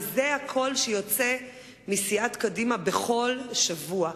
וזה הקול שיוצא מסיעת קדימה בכל שבוע,